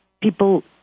people